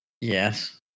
yes